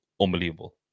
Unbelievable